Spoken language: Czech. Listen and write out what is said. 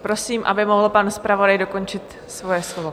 Prosím, aby mohl pan zpravodaj dokončit svoje slovo.